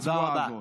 תודה רבה.